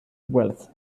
wealth